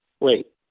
Wait